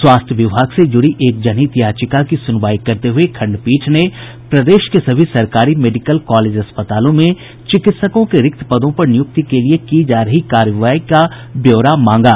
स्वास्थ्य विभाग से जुड़ी एक जनहित याचिका की सुनवाई करते हुए खंडपीठ ने प्रदेश के सभी सरकारी मेडिकल कॉलेज अस्पतालों में चिकित्सकों के रिक्त पदों पर नियुक्ति के लिए की जा रही कार्रवाई का ब्यौरा मांगा